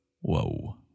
whoa